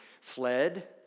fled